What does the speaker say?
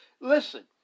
listen